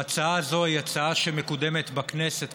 ההצעה הזו היא הצעה שמקודמת בכנסת,